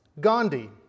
Gandhi